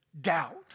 Doubt